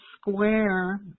square